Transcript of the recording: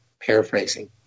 Paraphrasing